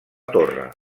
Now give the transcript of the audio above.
torre